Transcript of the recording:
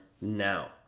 now